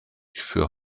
für